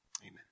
amen